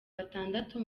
batandatu